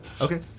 Okay